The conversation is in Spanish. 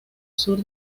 sur